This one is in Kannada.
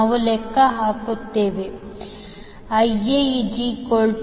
ನಾವು ಲೆಕ್ಕ ಹಾಕುತ್ತೇವೆ Ia100∠0°156